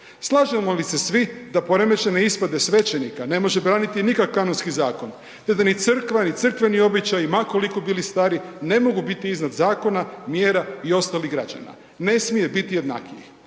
Slažemo li se svi da poremećene ispade svećenika ne može braniti nikakav Kanonski zakon, te da ni crkva, ni crkveni običaji ma koliko bili stari ne mogu biti iznad zakona, mjera i ostalih građana, ne smije biti jednakijih?